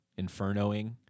infernoing